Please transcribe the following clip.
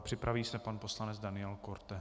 Připraví se pan poslanec Daniel Korte.